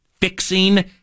fixing